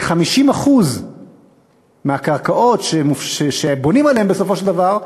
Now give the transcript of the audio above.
כ-50% מהקרקעות שבונים עליהן בסופו של דבר,